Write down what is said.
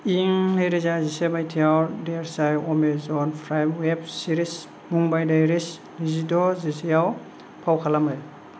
इं नैरोजा जिसे माइथायाव देसाइआ एमाजन प्राइम अवेब सिरिस मुम्बाइ डायरिस जिद' जिसेआव फाव खालामो